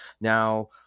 Now